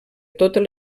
totes